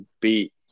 beat